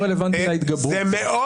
זה לא